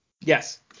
yes